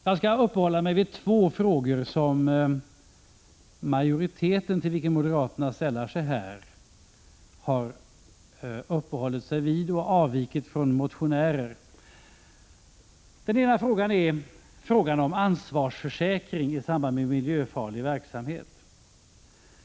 Jag skall så uppehålla mig vid två frågor som majoriteten, till vilken moderaterna sällar sig, har uppehållit sig vid men där den har avvikit från motionärerna. Den ena är frågan om ansvarsförsäkring i samband med miljöfarlig verksamhet.